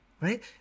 Right